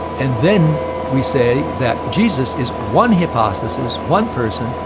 and then we say that jesus is one hypostasis, one person,